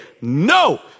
no